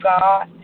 God